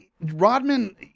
Rodman